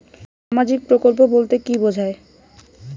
সামাজিক প্রকল্প বলতে কি বোঝায়?